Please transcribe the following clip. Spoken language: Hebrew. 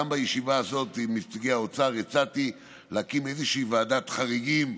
גם בישיבה הזאת עם נציגי האוצר הצעתי להקים איזושהי ועדת חריגים,